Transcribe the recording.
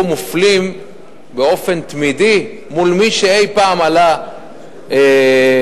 מופלים באופן תמידי מול מי שאי-פעם עלה מהגולה,